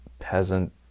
peasant